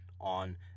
on